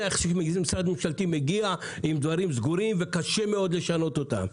איך משרד ממשלתי מגיע עם דברים סגורים וקשה מאוד לשנות אותם.